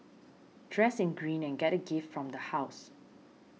dress in green and get a gift from the house